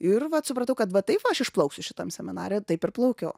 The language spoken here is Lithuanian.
ir vat supratau kad va taip va aš išplauksiu šitam seminare taip ir plaukiau